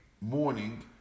morning